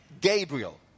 Gabriel